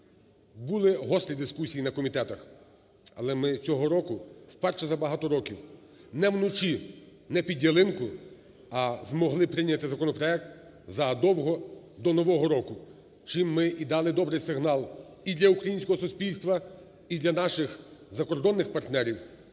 Були гострі дискусії на комітетах, але ми цього року вперше за багато років не вночі, не під ялинкою, а змогли прийняти законопроект задовго до нового року, чим ми і дали добрий сигнал і для українського суспільства, і для наших закордонних партнерів,